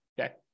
Okay